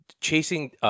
chasing